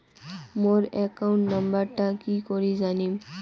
মোর account নাম্বারটা কি করি জানিম?